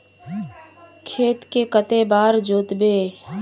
खेत के कते बार जोतबे?